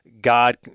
God